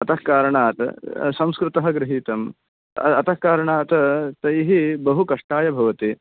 अतः कारणात् संस्कृतः गृहीतम् अतः कारणात् तैः बहु कष्टाय भवति